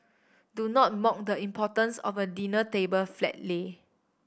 do not mock the importance of a dinner table flat lay